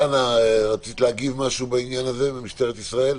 דנה, רצית לומר משהו בעניין, משטרת ישראל.